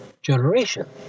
Generation